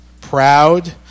proud